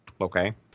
okay